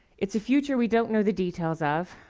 it's a future we don't know the details of,